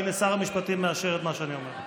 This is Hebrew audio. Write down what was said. הינה, שר המשפטים מאשר את מה שאני אומר.